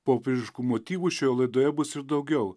popiežiškų motyvų šioje laidoje bus ir daugiau